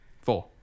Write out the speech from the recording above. Four